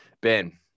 Ben